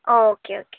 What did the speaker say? okay okay